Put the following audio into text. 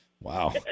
Wow